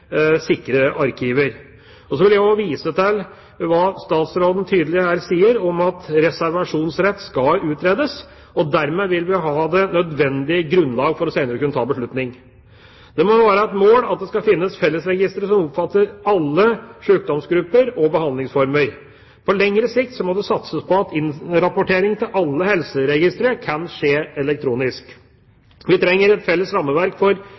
sikre arkiver. Jeg vil også vise til hva statsråden tydelig sier, at reservasjonsrett skal utredes, og at vi dermed vil ha det nødvendige grunnlag for senere å kunne ta beslutning. Det må være et mål at det skal finnes fellesregistre som omfatter alle sjukdomsgrupper og behandlingsformer. På lengre sikt må det satses på at innrapportering til alle helseregistre kan skje elektronisk. Vi trenger et felles rammeverk for